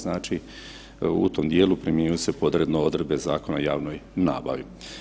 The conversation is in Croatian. Znači u tom dijelu primjenjuju se podredno odredbe Zakona o javnoj nabavi.